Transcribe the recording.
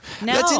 No